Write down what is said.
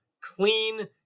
clean